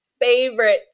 favorite